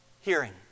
Hearing